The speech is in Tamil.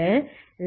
1